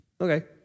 Okay